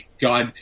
God